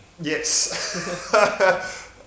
Yes